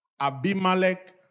Abimelech